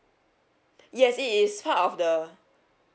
yes it is part of the